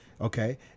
Okay